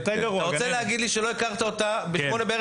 אתה רוצה להגיד לי שאתמול ב-8:00 בערב